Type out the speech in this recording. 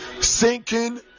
sinking